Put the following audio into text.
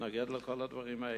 להתנגד לכל הדברים האלה.